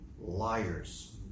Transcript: liars